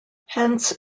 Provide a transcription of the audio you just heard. hence